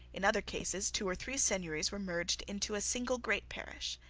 in other cases, two or three seigneuries were merged into a single great parish.